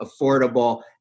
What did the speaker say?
affordable